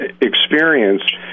experience